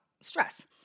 stress